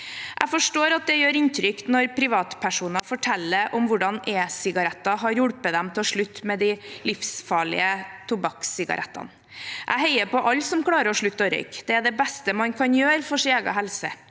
Jeg forstår at det gjør inntrykk når privatpersoner forteller om hvordan e-sigaretter har hjulpet dem til å slutte med de livsfarlige tobakkssigarettene. Jeg heier på alle som klarer å slutte å røyke, det er det beste man kan gjøre for egen helse,